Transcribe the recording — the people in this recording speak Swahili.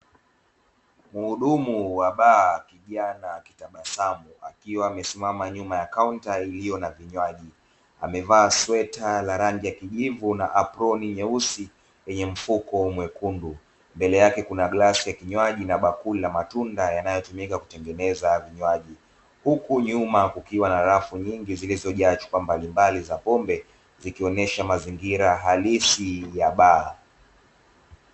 Mhudumu wa baa kijana akitabasamu akiwa amesimama nyuma ya kaunta iliyo na vinywaji amevaa sweta la rangi ya kijivu na aproni nyeusi yenye mfuko mwekundu, Mbele yake kuna glasi ya kinywaji na bakuli la matunda yanayotumika kutengeneza vinywaji, huku nyuma kukiwa na rafu nyingi zilizojaa chupa mbalimbali za pombe zikionyesha mazingira halisi ya baa.